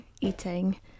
eating